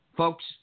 Folks